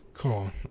cool